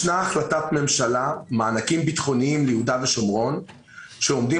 יש החלטת ממשלה מענקים ביטחוניים ליהודה ושומרון שעומדים